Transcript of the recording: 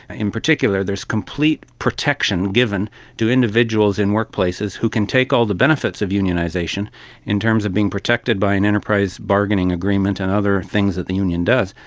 in particular, there is complete protection given to individuals in workplaces who can take all the benefits of unionisation in terms of being protected by an enterprise bargaining agreement and other things that the union does,